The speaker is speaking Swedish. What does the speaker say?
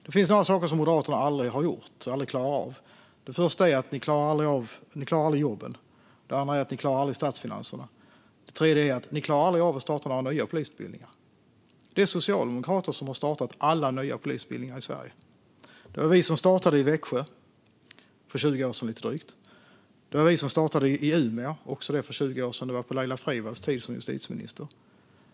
Det finns några saker som Moderaterna aldrig har gjort och aldrig klarar av. För det första klarar ni aldrig jobben. För det andra klarar ni aldrig statsfinanserna. För det tredje klarar ni aldrig att starta några nya polisutbildningar. Det är socialdemokrater som har startat alla nya polisutbildningar i Sverige. Det var vi som startade i Växjö för lite drygt 20 år sedan. Det var vi som startade i Umeå, också det för 20 år sedan. Det var på Laila Freivalds tid som justitieminister.